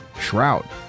Shroud